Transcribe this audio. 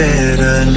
Better